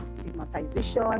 stigmatization